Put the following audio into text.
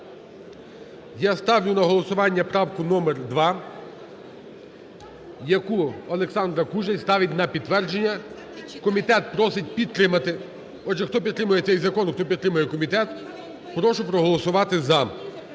я ставлю на голосування правку номер 2, яку Олександра Кужель ставить на підтвердження. Комітет просить підтримати. Отже, хто підтримує цей закон і хто підтримує комітет, прошу проголосувати "за".